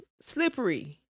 slippery